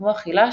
כמו אכילה,